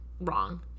wrong